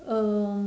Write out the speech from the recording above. um